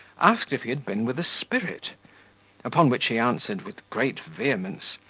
asked if he had been with a spirit upon which he answered, with great vehemence,